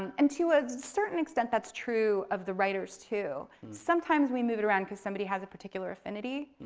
and and to a certain extent that's true of the writers too. sometimes we move it around because somebody has a particular affinity,